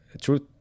Truth